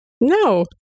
No